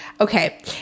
Okay